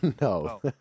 No